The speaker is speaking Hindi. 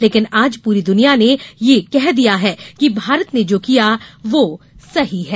लेकिन आज पूरी दुनिया ने यह कह दिया है कि भारत ने जो किया वह सही है